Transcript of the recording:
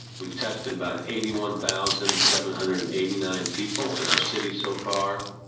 we've tested about eighty one thousand seven hundred and eighty nine people in our city so far.